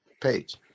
page